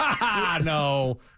No